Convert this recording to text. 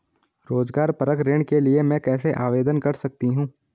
रोज़गार परक ऋण के लिए मैं कैसे आवेदन कर सकतीं हूँ?